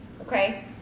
okay